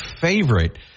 favorite